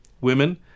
women